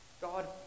God